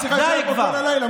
את צריכה להישאר פה כל הלילה,